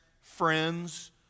friends